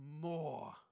more